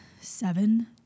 seven